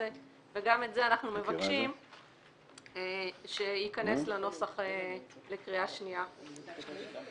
וגם את זה אנחנו מבקשים שייכנס לנוסח לקריאה שנייה ושלישית.